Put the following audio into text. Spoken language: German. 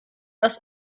das